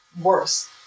worse